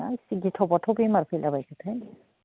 मा एसे गिथाव बाथाव बेमार फैला बायखो थाय